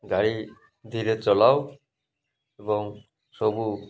ଗାଡ଼ି ଧୀରେ ଚଲାଅ ଏବଂ ସବୁ